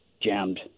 jammed